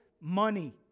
money